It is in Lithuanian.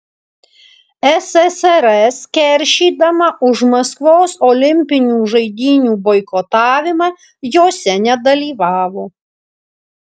ssrs keršydama už maskvos olimpinių žaidynių boikotavimą jose nedalyvavo